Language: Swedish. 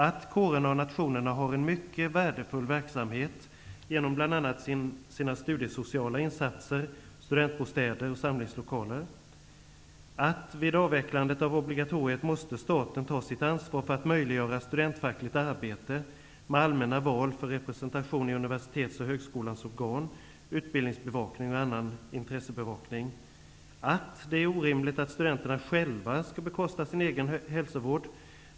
att kårerna och nationerna har en mycket värdefull verksamhet genom bl.a. sina studiesociala insatser, studentbostäder och samlingslokaler. --att vid avvecklandet av obligatoriet måste staten ta sitt ansvar för att möjliggöra studentfackligt arbete, med allmänna val för representation i universitets och högskoleorgan, utbildningsbevakning och annan intressebevakning. --att det är orimligt att studenterna själva skall bekosta sin egen hälsovård.